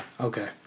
Okay